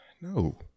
no